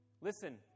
Listen